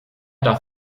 darf